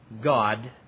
God